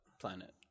planet